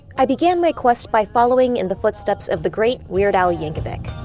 i began my quest by following in the footsteps of the great weird al yankovic,